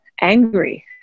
angry